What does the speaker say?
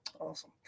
Awesome